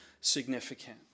significant